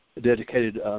dedicated